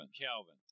Calvin